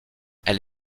elle